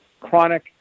chronic